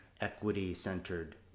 equity-centered